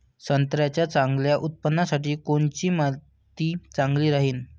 संत्र्याच्या चांगल्या उत्पन्नासाठी कोनची माती चांगली राहिनं?